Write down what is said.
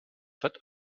that